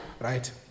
Right